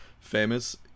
famous